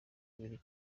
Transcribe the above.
ibiri